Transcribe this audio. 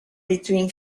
between